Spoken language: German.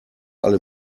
alle